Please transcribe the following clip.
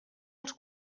els